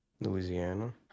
Louisiana